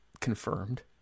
Confirmed